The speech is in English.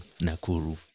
Nakuru